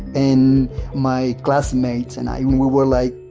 and my classmates and i, we were like,